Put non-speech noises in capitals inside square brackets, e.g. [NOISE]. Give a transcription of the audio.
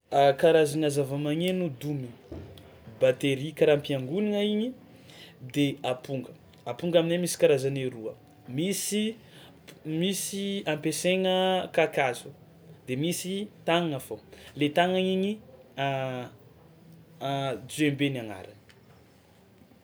A karazagna zavamagneno domina: batery karaha am-piangognana igny de amponga amponga aminay misy karazany roa: misy p- misy ampiasaigna kakazo de misy tàgnana fao le tàgnana igny [HESITATION] [HESITATION] djembé ny agnarany.